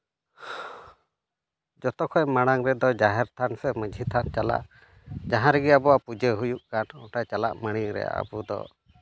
ᱡᱚᱛᱚ ᱠᱷᱚᱱ ᱢᱟᱲᱟᱝ ᱨᱮᱫᱚ ᱡᱟᱦᱮᱨ ᱛᱷᱟᱱ ᱥᱮ ᱢᱟᱺᱡᱷᱤ ᱛᱷᱟᱱ ᱪᱟᱞᱟᱜ ᱡᱟᱦᱟᱸ ᱨᱮᱜᱮ ᱟᱵᱚᱣᱟᱜ ᱯᱩᱡᱟᱹ ᱦᱩᱭᱩᱜ ᱠᱟᱱ ᱚᱸᱰᱮ ᱪᱟᱞᱟᱜ ᱢᱟᱲᱟᱝ ᱨᱮ ᱟᱵᱚ ᱫᱚ